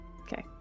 Okay